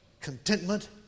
contentment